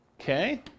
Okay